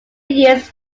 years